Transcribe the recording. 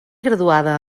graduada